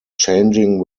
changing